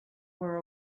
were